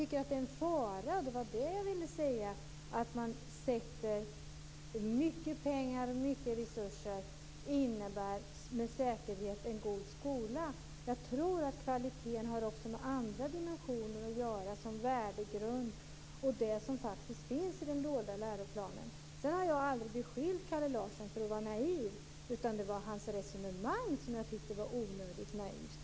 Däremot är det en fara att tro att mycket pengar och resurser med säkerhet skulle innebära en god skola. Kvalitet har också med andra dimensioner att göra, t.ex. värdegrund och det som finns i den dolda läroplanen. Jag har aldrig beskyllt Kalle Larsson för att vara naiv, utan det var hans resonemang som jag tyckte var onödigt naivt.